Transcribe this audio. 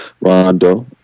Rondo